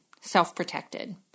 self-protected